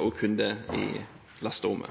og kun det i lasterommet.